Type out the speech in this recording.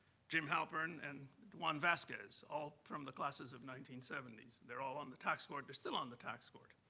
jim halpern, and juan vasquez, all from the classes of nineteen seventy s. they're all on the tax court. they're still on the tax court.